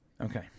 Okay